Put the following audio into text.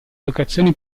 locazione